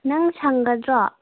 ꯅꯪ ꯁꯪꯒꯗ꯭ꯔꯣ